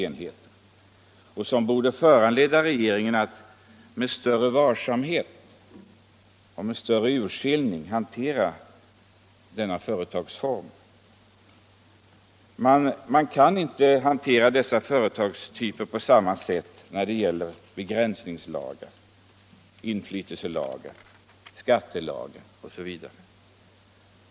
Detta borde föranleda regeringen att med större varsamhet och urskiljning hantera småföretagsformen. Man kan inte behandla den företagstypen på samma sätt när det gäller begränsningslagar, inflytandelagar, skattelagar osv.